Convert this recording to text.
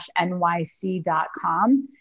NYC.com